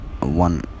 one